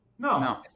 No